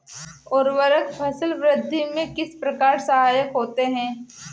उर्वरक फसल वृद्धि में किस प्रकार सहायक होते हैं?